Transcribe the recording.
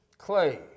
clay